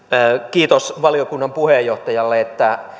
kiitos valiokunnan puheenjohtajalle että